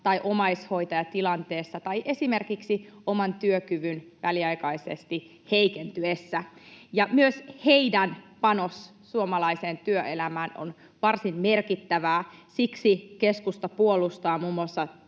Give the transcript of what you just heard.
tai omaishoitajatilanteessa tai esimerkiksi oman työkyvyn väliaikaisesti heikentyessä, ja myös heidän panoksensa suomalaiseen työelämään on varsin merkittävää. Siksi keskusta puolustaa muun muassa